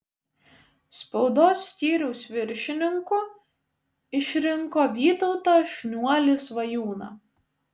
spaudos skyriaus viršininku išrinko vytautą šniuolį svajūną